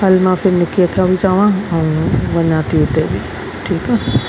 हलु मां फिर निकीअ खां बि चवां ऐं वञां थी उते ठीकु आहे